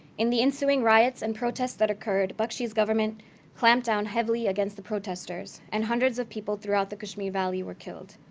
in the ensuing riots and protests that occurred, bakshi's government clamped down heavily against the protesters, and hundreds of people throughout the kashmir valley were killed.